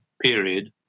period